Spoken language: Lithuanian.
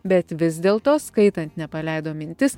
bet vis dėl to skaitant nepaleido mintis